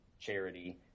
charity